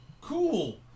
cool